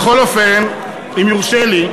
בכל אופן, אם יורשה לי,